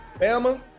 Bama